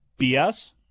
BS